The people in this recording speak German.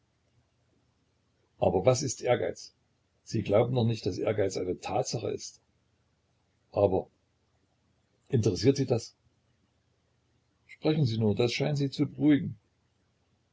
aber was ist ehrgeiz sie glauben doch nicht daß ehrgeiz eine tatsache ist aber interessiert sie das sprechen sie nur das scheint sie zu beruhigen